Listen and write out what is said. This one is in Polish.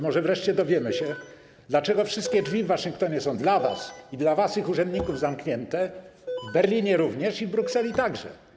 Może wreszcie dowiemy się, dlaczego wszystkie drzwi w Waszyngtonie są dla was i dla waszych urzędników zamknięte, w Berlinie również i w Brukseli także.